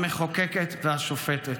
המחוקקת והשופטת.